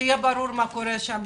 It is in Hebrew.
שיהיה ברור מה קורה שם.